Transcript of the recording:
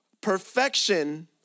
Perfection